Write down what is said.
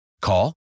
Call